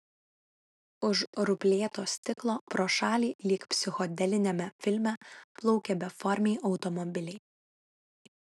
už ruplėto stiklo pro šalį lyg psichodeliniame filme plaukė beformiai automobiliai